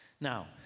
Now